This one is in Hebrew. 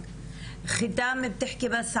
להלן תרגום חופשי מפי מתורגמנית)